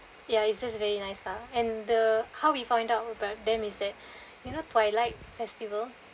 ya it's just very nice lah and the how we find out about them is that you know twilight festival